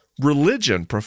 Religion